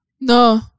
No